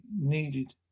needed